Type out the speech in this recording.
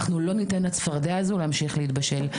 אנחנו לא ניתן לצפרדע הזו להמשיך להתבשל.